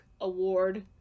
award